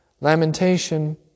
lamentation